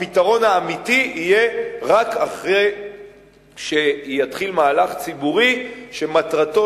הפתרון האמיתי יהיה רק אחרי שיתחיל מהלך ציבורי שמטרתו